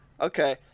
Okay